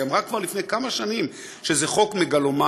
היא אמרה כבר לפני כמה שנים שזה חוק מגלומני,